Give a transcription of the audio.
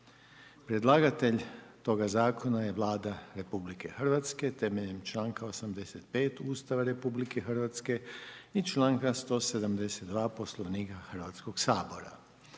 Predlagatelj toga Zakona je Vlada RH temeljem čl. 85. Ustava RH i čl. 172. Poslovnika Hrvatskog sabora.